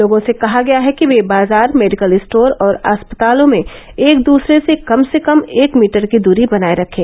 लोगों से कहा गया है कि ये बाजार मेडिकल स्टोर और अस्पतालों में एक दूसरे से कम से कम एक मीटर की दूरी बनाये रखें